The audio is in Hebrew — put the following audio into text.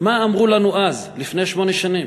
מה אמרו לנו אז, לפני שמונה שנים?